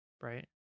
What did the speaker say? Right